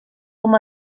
com